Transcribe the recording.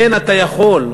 כן, אתה יכול.